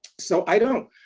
so i don't,